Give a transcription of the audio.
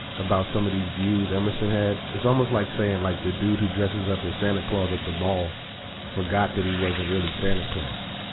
about some of these views emerson had. it's almost like saying like the dude who dresses up as santa claus at the mall forgot that he wasn't really santa claus.